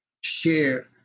share